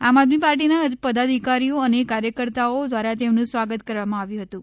આમ આદમી પાર્ટીના પદાધિકારીઓ અને કાર્યકર્તાઓ દ્વારા તેમનું સ્વાગત કરવામાં આવ્યું હતુ